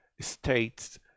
states